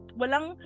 walang